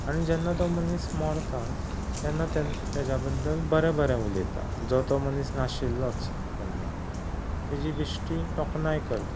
आनी जेन्ना तो मनीस मरता तेन्ना तेज्या बद्दल बरें बरें उलयता जो तो मनीस नाशिल्लोच केन्ना तेजी बेश्टी तोखणाय करतात